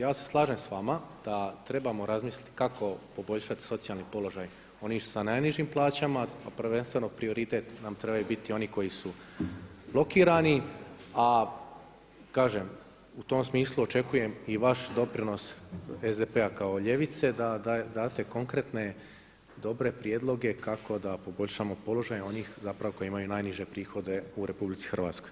Ja se slažem s vama da trebamo razmisliti kako poboljšati socijalni položaj onih sa najnižim plaćama, a prvenstveno prioritet nam trebaju biti oni koji su blokirani, a kažem u tom smislu očekujem i vaš doprinos SDP-a kao ljevice da date konkretne dobre prijedloge kako da poboljšamo položaj onih koji imaju najniže prihode u RH.